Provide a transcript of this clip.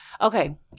Okay